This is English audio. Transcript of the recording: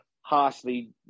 harshly